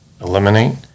eliminate